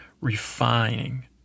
Refining